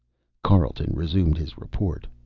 carleton resumed his report.